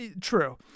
True